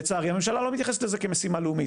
לצערי הממשלה לא מתייחסת לזה כאל משימה לאומית.